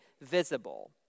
visible